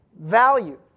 value